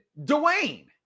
Dwayne